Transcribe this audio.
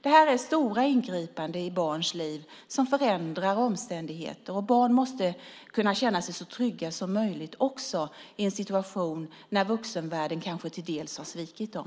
Det är stora ingripanden i barns liv som förändrar omständigheter. Barn måste få känna sig så trygga som möjligt också när vuxenvärlden till del har svikit dem.